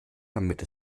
damit